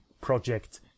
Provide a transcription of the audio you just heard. Project